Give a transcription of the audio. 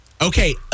Okay